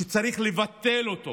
שצריך לבטל אותו